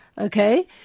okay